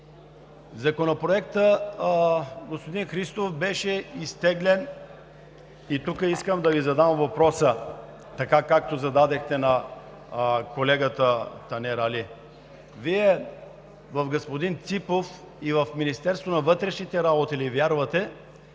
Законопроектът, господин Христов, беше изтеглен. Тук искам да Ви задам въпроса, така както го зададохте на колегата Танер Али: Вие в господин Ципов и в Министерството на вътрешните работи ли вярвате,